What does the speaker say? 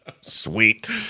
Sweet